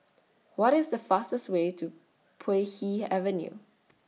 What IS The fastest Way to Puay Hee Avenue